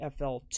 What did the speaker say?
fl2